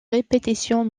répétitions